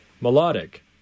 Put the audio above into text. melodic